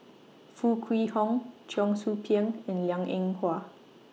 Foo Kwee Horng Cheong Soo Pieng and Liang Eng Hwa